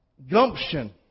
gumption